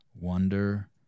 Wonder